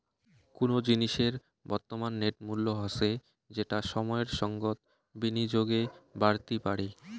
কুনো জিনিসের বর্তমান নেট মূল্য হসে যেটা সময়ের সঙ্গত বিনিয়োগে বাড়তি পারে